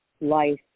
life